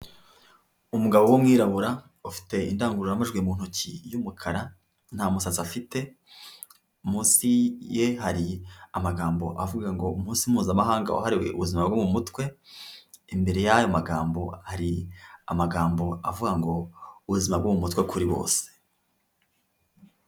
Umugabo w'umwirabura, ufite indangururamajwi mu ntoki y'umukara, nta musatsi afite, munsi ye hari amagambo avuga ngo "umunsi mpuzamahanga wahariwe ubuzima bwo mu mutwe", imbere y'ayo magambo hari amagambo avuga ngo "ubuzima bwo mu mutwe kuri bose."